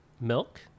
milk